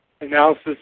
analysis